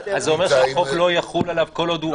זה אומר שהחוק לא יחול עליו כל עוד הוא עוזר פרלמנטרי?